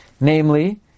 Namely